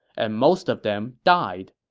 and most of them died.